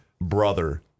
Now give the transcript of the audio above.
brother